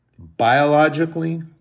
biologically